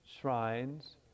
shrines